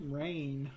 rain